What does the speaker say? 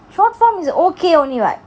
short form is O K